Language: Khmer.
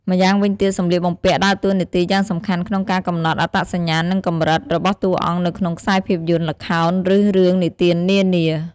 ម្យ៉ាងវិញទៀតសម្លៀកបំពាក់ដើរតួនាទីយ៉ាងសំខាន់ក្នុងការកំណត់ អត្តសញ្ញាណ និង កម្រិត របស់តួអង្គនៅក្នុងខ្សែភាពយន្ត ល្ខោន ឬរឿងនិទាននានា ។